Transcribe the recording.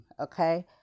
Okay